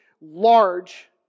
large